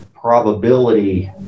probability